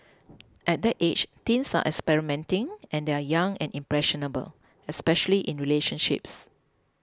at that age teens are experimenting and they are young and impressionable especially in relationships